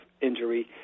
injury